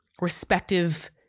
respective